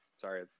Sorry